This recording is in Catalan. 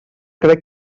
crec